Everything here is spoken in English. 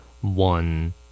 One